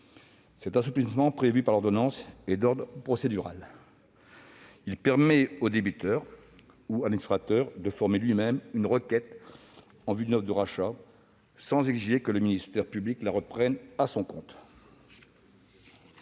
Cet assouplissement prévu par l'ordonnance est d'ordre procédural. Il permet au débiteur ou à l'administrateur de former lui-même une requête en vue d'une offre de rachat sans exiger que le ministère public la reprenne à son compte.